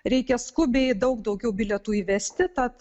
reikia skubiai daug daugiau bilietų įvesti tad